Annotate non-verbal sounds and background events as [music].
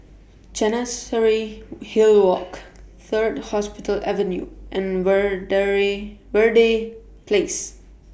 Chancery Hill Walk Third Hospital Avenue and [unintelligible] Verde Place